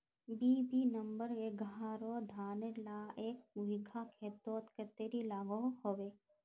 BB number एगारोह धानेर ला एक बिगहा खेतोत कतेरी लागोहो होबे?